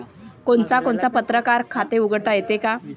कोनच्या कोनच्या परकारं खात उघडता येते?